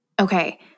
Okay